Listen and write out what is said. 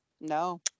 No